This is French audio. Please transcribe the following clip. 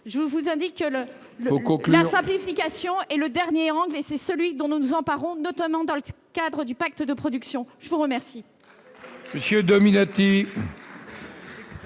Il faut conclure !... la simplification est le dernier angle, et c'est celui dont nous nous emparons, notamment dans le cadre du pacte de production. La parole